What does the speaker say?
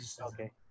Okay